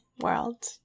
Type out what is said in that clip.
world